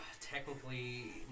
Technically